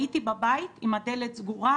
הייתי בבית עם הדלת סגורה,